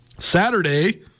Saturday